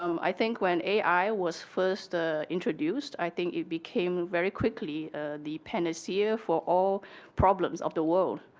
um i think when ai was first ah introduced, i think it became very quickly the pan sear for all problems of the world,